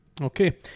Okay